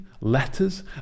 letters